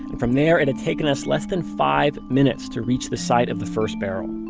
from there it had taken us less than five minutes to reach the site of the first barrel.